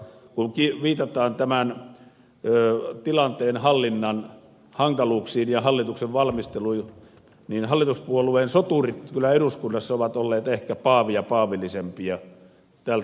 kun viitataan tämän tilanteen hallinnan hankaluuksiin ja hallituksen valmisteluihin niin hallituspuolueen soturit kyllä eduskunnassa ovat olleet ehkä paavia paavillisempia tältä osin kannanotoissaan